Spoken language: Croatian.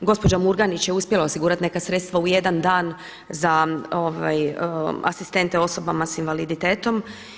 Gospođa Murganić je uspjela osigurati neka sredstva u jedan dan za asistente osobama sa invaliditetom.